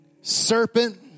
serpent